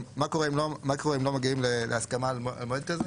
מה קורה אם לא מגיעים להסכמה על מועד כזה?